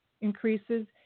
increases